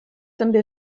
també